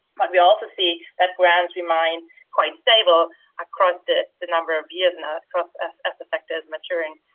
but we also see that grants remain quite stable across the the number of years and across as as the sector is maturing,